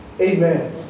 Amen